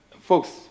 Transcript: folks